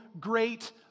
great